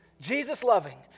Jesus-loving